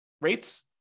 rates